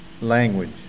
language